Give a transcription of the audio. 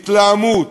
התלהמות,